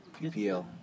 PPL